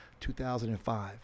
2005